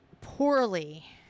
poorly